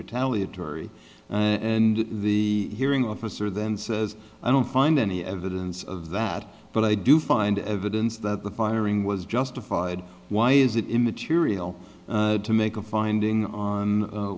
retaliatory and the hearing officer then says i don't find any evidence of that but i do find evidence that the firing was justified why is it immaterial to make a finding on